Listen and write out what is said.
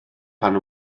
pan